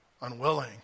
unwilling